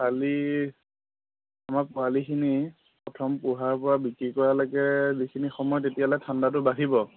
খালি আমাৰ পোৱালিখিনি প্ৰথম পোহাৰ পৰা বিক্ৰী কৰালৈকে যিখিনি সময় তেতিয়ালে ঠাণ্ডাটো বাঢ়িব